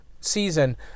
season